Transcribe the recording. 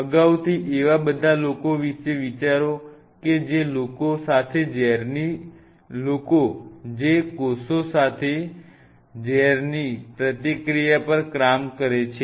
અગાઉથી એવા બધા લોકો વિશે વિચારો કે જે કોષો સાથે ઝેરની ક્રિયાપ્રતિક્રિયા પર કામ કરે છે